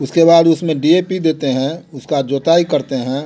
उसके बाद उसमें डी ए पी देते हैं उसका जोताई करते हैं